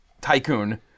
tycoon